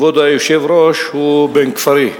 כבוד היושב-ראש הוא בן כפרי.